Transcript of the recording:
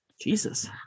Jesus